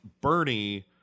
Bernie